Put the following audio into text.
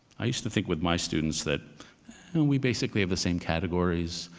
i used to, think with my students, that we basically have the same categories.